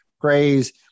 praise